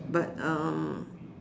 but um